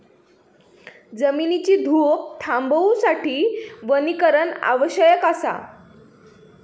जमिनीची धूप थांबवूसाठी वनीकरण आवश्यक असा